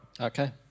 Okay